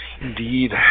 Indeed